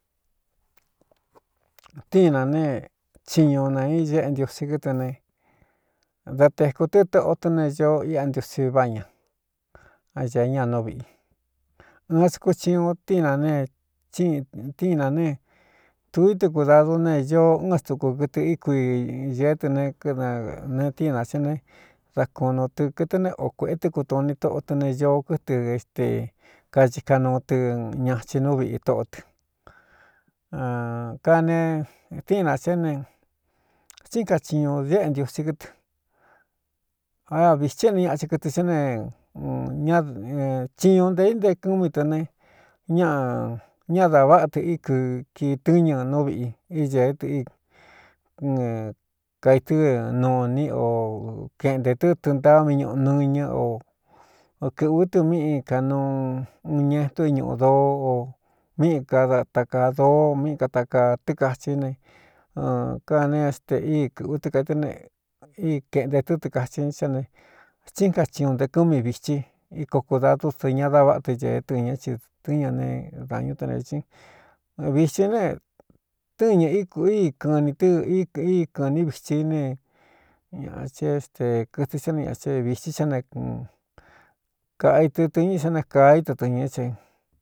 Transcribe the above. Tíin nā ne thiñu ne i ñéꞌe ntiosi kɨtɨ ne da tēkū tɨ́ tóꞌo tɨ́ ne ñoo iꞌa ntiusí váꞌ ña á ñēé ña nú viꞌi ɨɨn sakúchiñun tíinanentíin nā ne tu itɨ kudādu ne ñoo ɨ́ɨn stuku kɨtɨ í kui ñēé tɨ ne kne tíinā cá ne dá kunu tɨ kɨtɨ ne o kuēꞌe tɨ́ kutu ni toꞌo tɨ ne ñoo kɨtɨ éte kaci kaꞌ nuu tɨ ñachi nú viꞌi tóꞌó tɨanetíin nā ne xtíin kachiñu éꞌe ntiosí kɨtɨ áa vitsí éne ñaa thin kɨtɨ xá nechiñu ntē i nte kú mi tɨ ne ña ñadā váꞌa tɨ í kɨki tɨ́ñɨ nú viꞌi íñēé kaitɨ́ nuní o keꞌntē tɨ́ tɨɨntaa mí ñuꞌu nɨñɨ o kɨ̄ꞌvú tɨ míꞌi kanuu un ñe tú iñuꞌu doo o míꞌī ka takaa doo míꞌi katakaa tɨkachí ne kane ste í kɨꞌú tɨ kaitɨ ne í kēꞌnte tɨ́ tɨkachi sá ne xtsíꞌn kachiñu nte kú mi vitsí íkoo kudadú dɨ ña da váꞌa tɨ ñēé tɨnñɨ ci tɨñɨ ne dāñú tɨnevīcín vitsi ne tɨ́n ñɨ íkū íi kɨnī tɨ́ í kɨ̄ɨní vichi ne ñaa chinéste kɨtɨ sá ni ñaaɨ vītsí sá ne kaꞌa idɨ tɨñɨ sa ne kaa í tɨtɨ̄ñɨ̄ é ca.